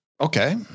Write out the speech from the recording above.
okay